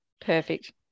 Perfect